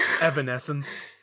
evanescence